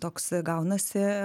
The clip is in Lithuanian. toks agaunasi